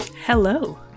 Hello